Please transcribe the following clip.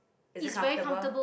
is it comfortable